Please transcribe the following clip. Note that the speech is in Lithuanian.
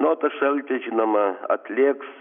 na o tas šaltis žinoma atlėgs